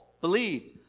Believed